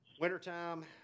Wintertime